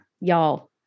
y'all